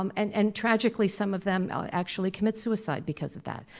um and and tragically some of them actually commit suicide because of that.